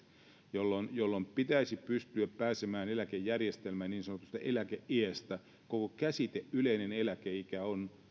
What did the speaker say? jolloin jolloin pitäisi pystyä pääsemään eläkejärjestelmän niin sanotusta eläkeiästä koko käsite yleinen eläkeikä on